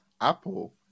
Apple